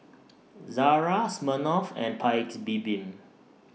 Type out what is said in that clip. Zara Smirnoff and Paik's Bibim